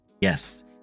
Yes